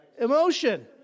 Emotion